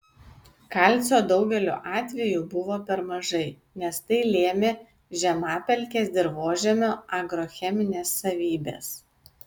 kalcio daugeliu atvejų buvo per mažai nes tai lėmė žemapelkės dirvožemio agrocheminės savybės